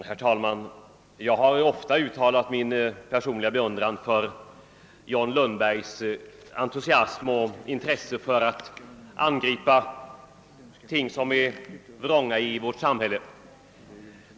Herr talman! Jag har ofta uttalat min beundran för John Lundbergs entusiasm och intresse för att angripa ting som är vrånga i vårt samhälle.